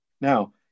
Now